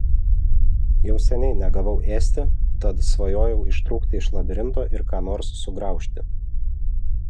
jau seniai negavau ėsti tad svajojau ištrūkti iš labirinto ir ką nors sugraužti